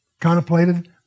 contemplated